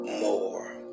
more